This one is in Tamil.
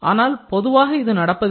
ஆனால் பொதுவாக இது நடப்பதில்லை